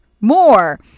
more